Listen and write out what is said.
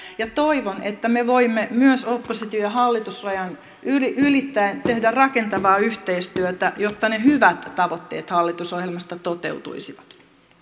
ja toivon että me voimme myös oppositio hallitusrajan ylittäen tehdä rakentavaa yhteistyötä jotta ne hyvät tavoitteet hallitusohjelmasta toteutuisivat